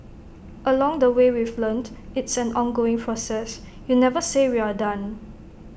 along the way we've learnt it's an ongoing process you never say we're done